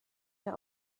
der